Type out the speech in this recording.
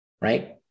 Right